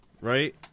right